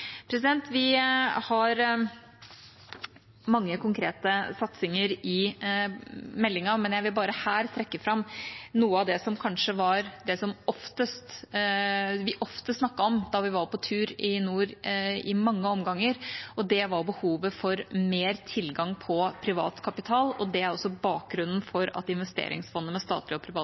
Vi har mange konkrete satsinger i meldinga, men jeg vil bare her trekke fram noe av det som kanskje var det som vi oftest snakket om da vi var på tur i nord i mange omganger, og det var behovet for mer tilgang på privat kapital. Det er også bakgrunnen for at investeringsfondet med statlig og privat